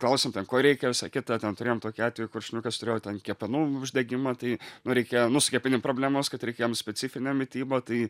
klausiam ten ko reikia visa kita ten turėjom tokį atvejį kur šuniukas turėjo ten kepenų uždegimą tai nu reikėjo nu su kepenim problemos kad reikia jam specifinė mityba tai